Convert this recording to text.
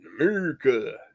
America